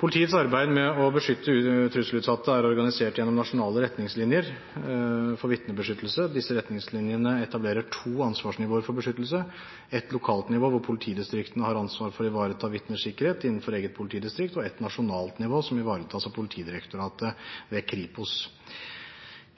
Politiets arbeid med å beskytte trusselutsatte er organisert gjennom nasjonale retningslinjer for vitnebeskyttelse. Disse retningslinjene etablerer to ansvarsnivåer for beskyttelse: et lokalt nivå, hvor politidistriktene har ansvar for å ivareta vitners sikkerhet innenfor eget politidistrikt, og et nasjonalt nivå, som ivaretas av Politidirektoratet ved Kripos.